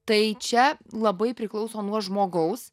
tai čia labai priklauso nuo žmogaus